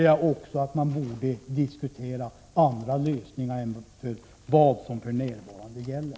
Vi borde diskutera andra regler än dem som för närvarande gäller.